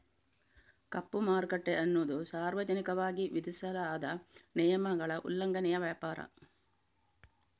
ಕಪ್ಪು ಮಾರುಕಟ್ಟೆ ಅನ್ನುದು ಸಾರ್ವಜನಿಕವಾಗಿ ವಿಧಿಸಲಾದ ನಿಯಮಗಳ ಉಲ್ಲಂಘನೆಯ ವ್ಯಾಪಾರ